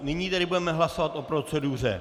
Nyní tedy budeme hlasovat o proceduře.